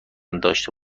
داشته